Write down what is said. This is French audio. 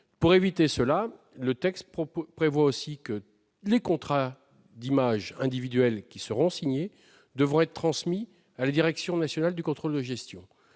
juste titre, le texte prévoit que les contrats d'image individuelle qui seront signés devront être transmis à la Direction nationale de contrôle de gestion.